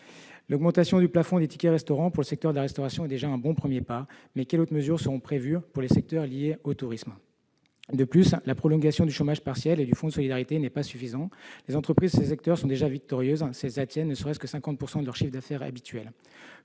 L'augmentation du plafond des tickets restaurant pour le secteur de la restauration est déjà un premier pas satisfaisant, mais quelles autres mesures seront prévues pour les secteurs liés au tourisme ? La prolongation du chômage partiel et du fonds de solidarité n'est pas suffisante. Les entreprises de ces secteurs seront déjà victorieuses si elles réalisent ne serait-ce que 50 % de leur chiffre d'affaires habituel.